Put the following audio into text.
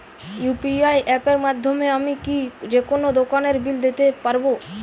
UPI অ্যাপের মাধ্যমে আমি কি যেকোনো দোকানের বিল দিতে পারবো?